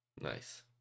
Nice